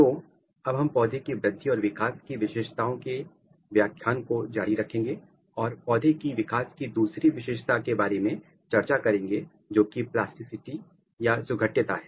तो अब हम पौधे की वृद्धि और विकास की विशेषताओं के व्याख्यान को जारी रखेंगे और पौधे की विकास की दूसरी विशेषता के बारे में चर्चा करेंगे जोकि प्लास्टिसिटी सुघट्यता है